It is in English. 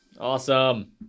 Awesome